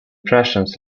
prussians